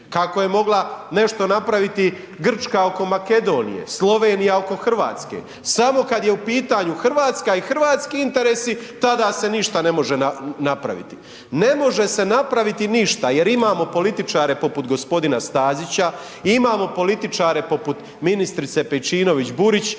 Kako je mogla nešto napraviti Grčka oko Makedonije, Slovenija oko RH? Samo kad je u pitanju RH i hrvatski interesi, tada se ništa ne može napraviti. Ne može se napraviti ništa jer imamo političare poput g. Stazića i imamo političare poput ministrice Pejčinović-Burić